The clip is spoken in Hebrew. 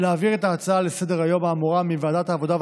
ולהעביר את ההצעה לסדר-היום האמורה מוועדת העבודה,